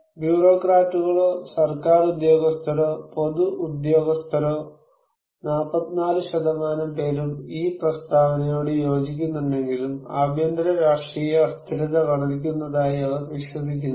ബ്യൂറോക്രാറ്റുകളോ സർക്കാർ ഉദ്യോഗസ്ഥരോ പൊതു ഉദ്യോഗസ്ഥരോ 44 ശതമാനം പേരും ഈ പ്രസ്താവനയോട് യോജിക്കുന്നുണ്ടെങ്കിലും ആഭ്യന്തര രാഷ്ട്രീയ അസ്ഥിരത വർദ്ധിക്കുന്നതായി അവർ വിശ്വസിക്കുന്നില്ല